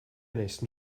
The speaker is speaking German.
nächsten